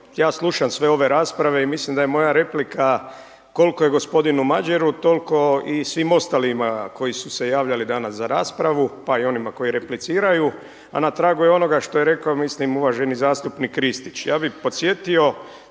ja slušam sve ove rasprave i mislim da je moja replika koliko je gospodinu Madjeru toliko i svim ostalima koji su se javljali danas za raspravu pa i onima koji repliciraju, a na tragu je onoga što je rekao mislim uvaženi zastupnik Kristić. Ja bih podsjetio